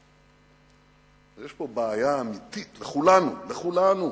יש פה בעיה אמיתית לכולנו, לכולנו.